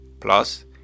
Plus